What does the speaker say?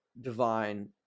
divine